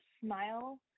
smile